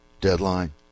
deadline